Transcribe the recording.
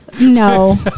No